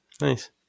Nice